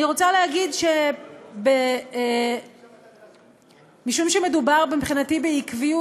אני רוצה להגיד שמשום שמדובר מבחינתי בעקביות,